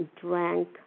drank